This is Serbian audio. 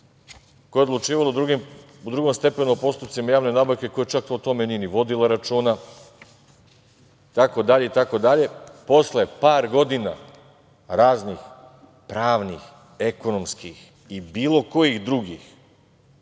je odlučivala u drugostepenim postupcima javne nabavke, koja čak o tome nije ni vodila računa, tako dalje i tako dalje. Posle par godina raznih pravnih, ekonomskih i bilo kojih drugih